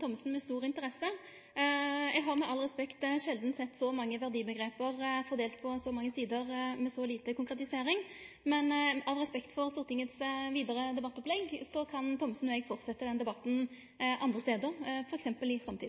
Thommessen med stor interesse. Eg har med all respekt sjeldan sett så mange verdiomgrep fordelt på så mange sider med så lite konkretisering. Men av respekt for Stortingets vidare debattopplegg, kan Thommessen og eg fortsetje den debatten andre stader, f.eks. i Samtiden. Det takker presidenten for. Den fastsatte taletiden gir ikke mulighet for flere innlegg. Debatten i